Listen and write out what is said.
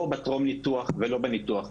לא בטרום ניתוח ולא בניתוח.